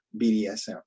BDSM